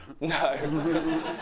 No